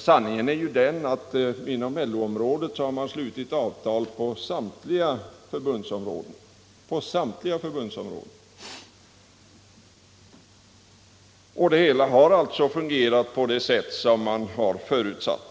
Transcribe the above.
Sanningen är den att inom LO-området har man slutit avtal på samtliga förbundsområden. Det hela har alltså fungerat på det sätt som man har förutsatt.